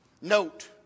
Note